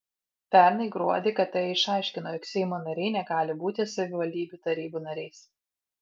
pernai gruodį kt išaiškino jog seimo nariai negali būti savivaldybių tarybų nariais